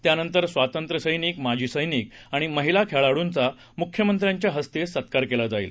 त्यानंतर स्वातंत्र्य सैनिक माजी सैनिक आणि महिला खेळाडुंचा मुख्यमंत्र्यांच्या हस्ते सत्कार केला जाईल